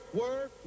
work